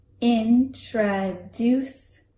introduce